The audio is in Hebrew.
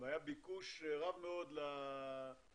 והיה ביקוש רב מאוד להגיע